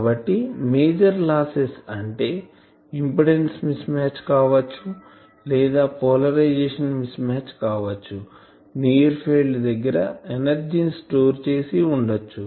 కాబట్టి major losses అంటే impedance mismatch కావచ్చు లేదా పోలరైజషన్ మిస్ మ్యాచ్ కావచ్చు నియర్ ఫీల్డ్ దగ్గర ఎనర్జీ ని స్టోరేజ్ చేసి ఉండచ్చు